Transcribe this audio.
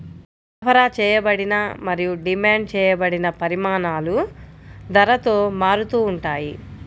సరఫరా చేయబడిన మరియు డిమాండ్ చేయబడిన పరిమాణాలు ధరతో మారుతూ ఉంటాయి